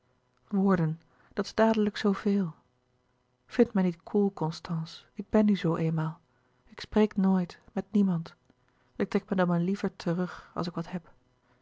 woorden dat is dadelijk zoo veel vind mij niet koel constance ik ben nu zoo eenmaal ik spreek nooit met niemand ik trek me dan maar liever terug als ik wat heb